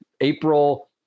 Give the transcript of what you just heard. April